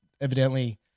evidently